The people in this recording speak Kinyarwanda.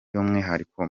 y’umwihariko